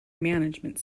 management